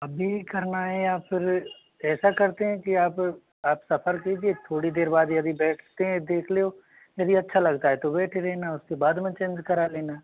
अभी करना है या फिर ऐसा करते हैं कि आप आप सफ़र कीजिए थोड़ी देर बाद यदि बैठते हैं देख लो यदि अच्छा लगता है तो बैठे ही रहना उसके बाद में चेंज करा लेना